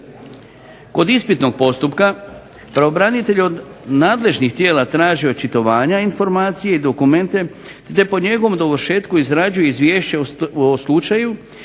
Kod ispitnog postupka pravobranitelj od nadležnih tijela traži očitovanja, informacije i dokumente te po njegovom dovršetku izrađuje izvješće o slučaju